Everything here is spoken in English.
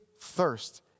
thirst